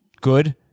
good